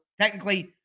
technically